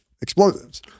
explosives